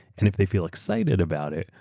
and if they feel excited about it,